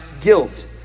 guilt